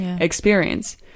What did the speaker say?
experience